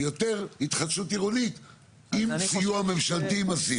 ויותר התחדשות עירונית עם סיוע ממשלתי מסיבי.